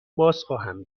بازخواهم